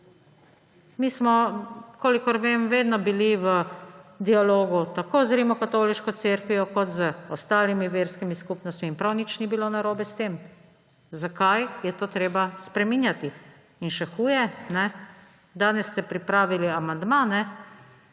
Mi smo, kolikor vem, vedno bili v dialogu tako z Rimokatoliško cerkvijo kot z ostalimi verskimi skupnostmi in prav nič ni bilo narobe s tem. Zakaj je to treba spreminjati? In še huje, danes ste pripravili amandma, da